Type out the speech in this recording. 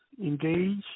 engage